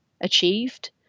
achieved